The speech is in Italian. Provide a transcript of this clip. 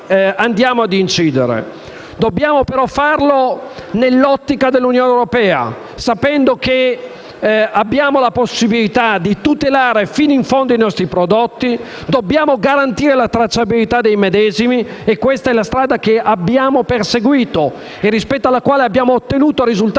cerchiamo di incidere. Dobbiamo farlo però nell'ottica dell'Unione europea, sapendo che abbiamo la possibilità di tutelare fino in fondo i nostri prodotti. Dobbiamo garantire la tracciabilità dei medesimi e questa è la strada che abbiamo perseguito e rispetto alla quale abbiamo ottenuto risultati